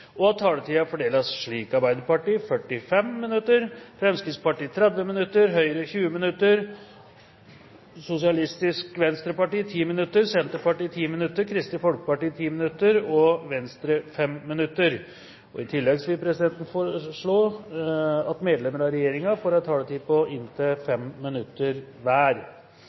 at taletiden fordeles slik: Arbeiderpartiet 45 minutter, Fremskrittspartiet 30 minutter, Høyre 20 minutter, Sosialistisk Venstreparti 10 minutter, Senterpartiet 10 minutter, Kristelig Folkeparti 10 minutter og Venstre 5 minutter. I tillegg foreslår presidenten at medlemmer av regjeringen får en taletid på inntil 5 minutter hver. Videre vil presidenten foreslå at det blir gitt anledning til replikkordskifte på inntil